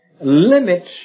limits